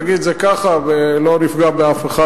נגיד את זה ככה ולא נפגע באף אחד,